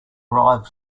arrive